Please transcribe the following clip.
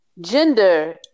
Gender